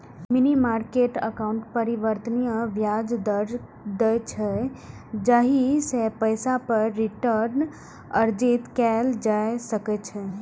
money market account परिवर्तनीय ब्याज दर दै छै, जाहि सं पैसा पर रिटर्न अर्जित कैल जा सकै छै